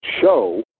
show